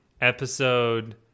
Episode